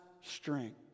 strength